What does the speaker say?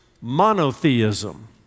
monotheism